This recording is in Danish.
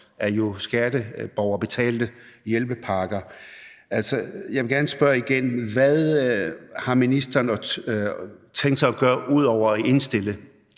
er skatteborgerbetalte hjælpepakker. Jeg vil gerne spørge igen: Hvad har ministeren tænkt sig at gøre udover at indstille